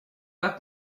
pas